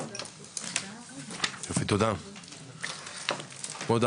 הישיבה ננעלה בשעה 09:44.